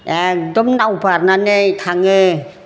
एकदम नाव बारनानै थाङो